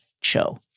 Cho